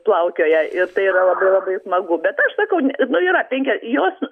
plaukioja ir tai yra labai labai smagu bet aš sakau ne nu yra penkia jos